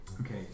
Okay